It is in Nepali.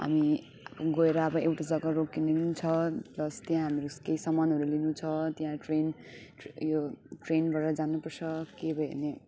हामी गएर अब एउटा जग्गा रोक्किनु पनि छ प्लस त्यहाँ हाम्रो केही सामानहरू लिनुछ त्यहाँ ट्रेन ऊ यो ट्रेनबाट जानुपर्छ केही भयो भने